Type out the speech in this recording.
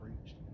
preached